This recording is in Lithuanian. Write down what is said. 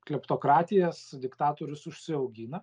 kleptokratijas diktatorius užsiaugina